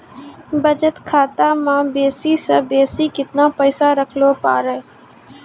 बचत खाता म बेसी से बेसी केतना पैसा रखैल पारों?